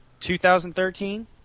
2013